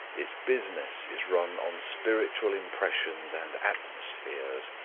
its business is run on spiritual impressions and atmospheres.